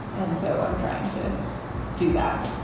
and so i'm trying to do that